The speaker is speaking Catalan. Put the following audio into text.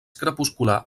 crepuscular